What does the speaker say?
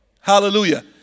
Hallelujah